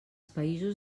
països